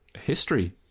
history